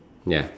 ya